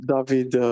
David